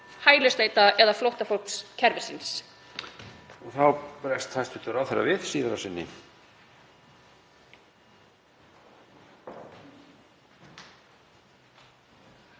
hælisleitenda- eða flóttafólkskerfisins.